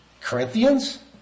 Corinthians